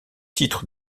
titre